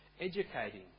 educating